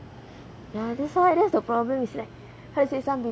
ya that's why that's the problem is like how say some people